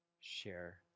share